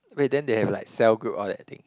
wait then they have like cell group all that thing